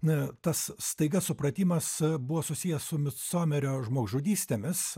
na tas staiga supratimas buvo susijęs su midsomerio žmogžudystėmis